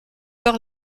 par